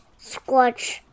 squatch